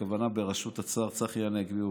הכוונה בראשות השר צחי הנגבי,